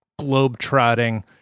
globetrotting